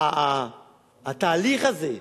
התהליך הזה,